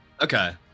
Okay